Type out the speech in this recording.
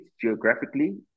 geographically